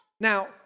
Now